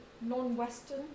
non-Western